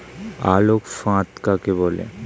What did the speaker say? আলোক ফাঁদ কাকে বলে?